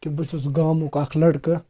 کہِ بہٕ چھُس گامُک اَکھ لٔڑکہٕ